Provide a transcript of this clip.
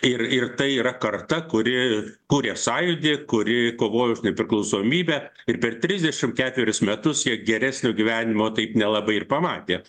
ir ir tai yra karta kuri kūrė sąjūdį kuri kovojo už nepriklausomybę ir per trisdešim ketverius metus jie geresnio gyvenimo taip nelabai ir pamatė